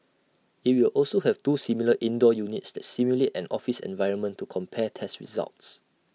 IT will also have two similar indoor units that simulate an office environment to compare tests results